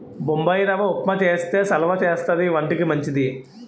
బొంబాయిరవ్వ ఉప్మా చేస్తే సలవా చేస్తది వంటికి మంచిది